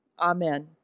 Amen